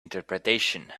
interpretation